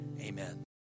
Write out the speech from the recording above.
Amen